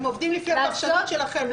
הם עובדים לפי הפרשנות שלכם.